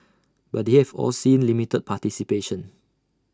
but they have all seen limited participation